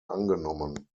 angenommen